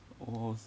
almost